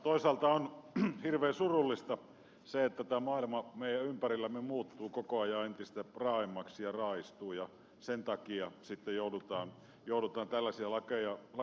toisaalta on hirveän surullista että tämä maailma meidän ympärillämme muuttuu koko ajan entistä raaemmaksi ja raaistuu ja sen takia sitten joudutaan tällaisia lakeja säätämään